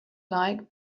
like